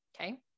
Okay